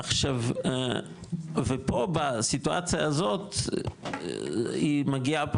ופה בסיטואציה הזאת היא מגיעה פחות,